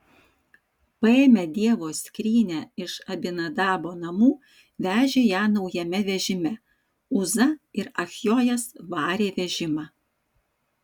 paėmę dievo skrynią iš abinadabo namų vežė ją naujame vežime uza ir achjojas varė vežimą